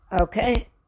Okay